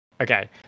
Okay